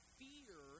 fear